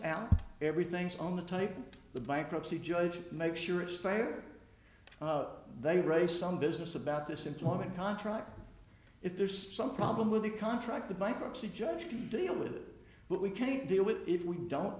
out everything's on the take the bankruptcy judge make sure it's fair they raise some business about this employment contract if there's some problem with the contract the bankruptcy judge can deal with it but we can't deal with if we don't